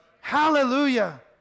Hallelujah